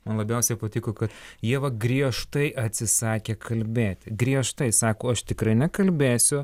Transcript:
man labiausiai patiko kad ieva griežtai atsisakė kalbėti griežtai sako aš tikrai nekalbėsiu